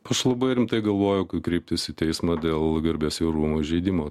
aš labai rimtai galvoju kreiptis į teismą dėl garbės ir orumo įžeidimo